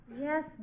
Yes